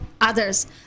others